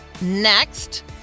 next